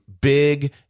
big